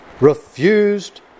refused